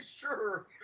sure